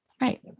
right